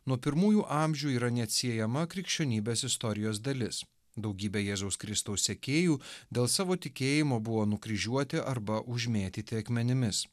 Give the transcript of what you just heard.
nuo pirmųjų amžių yra neatsiejama krikščionybės istorijos dalis daugybę jėzaus kristaus sekėjų dėl savo tikėjimo buvo nukryžiuoti arba užmėtyti akmenimis